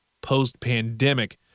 post-pandemic